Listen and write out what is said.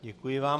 Děkuji vám.